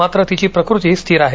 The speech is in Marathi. मात्र तिची प्रकृती स्थिर आहे